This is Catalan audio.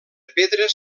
pedres